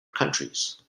countries